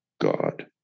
God